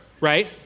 Right